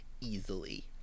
easily